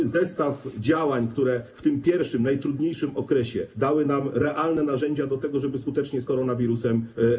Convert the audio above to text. Chodzi o cały zestaw działań, które w tym pierwszym, najtrudniejszym okresie dały nam realne narzędzia do tego, żeby skutecznie walczyć z koronawirusem.